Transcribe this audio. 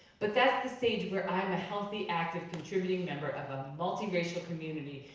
but that's the stage where i'm a healthy, active, contributing member of a multi-racial community,